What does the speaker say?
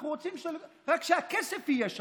אנחנו רוצים רק שהכסף יהיה שווה.